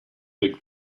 big